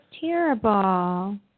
terrible